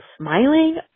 smiling